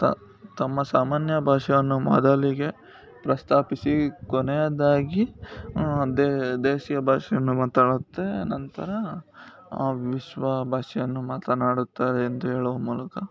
ತ ತಮ್ಮ ಸಾಮಾನ್ಯ ಭಾಷೆಯನ್ನು ಮೊದಲಿಗೆ ಪ್ರಸ್ತಾಪಿಸಿ ಕೊನೆಯದಾಗಿ ದೇ ದೇಶೀಯ ಭಾಷೆಯನ್ನು ಮಾತಾಡುತ್ತೆ ನಂತರ ವಿಶ್ವ ಭಾಷೆಯನ್ನು ಮಾತನಾಡುತ್ತಾರೆ ಎಂದು ಹೇಳುವ ಮೂಲಕ